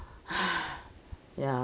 ya